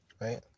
Right